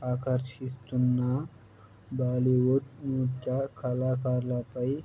ఆకర్షిస్తున్న బాలీవుడ్ నృత్య కళాకారులపై